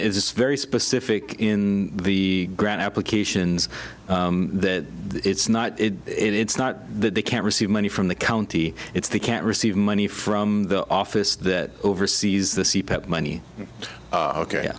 it's very specific in the grant applications that it's not it it's not that they can't receive money from the county it's they can't receive money from the office that oversees the c pep money ok ok